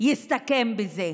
יסתכם בזה,